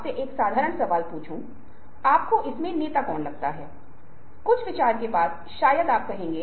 आइए अब हम अनुनय और जबरदस्ती के बीच के अंतर को देखें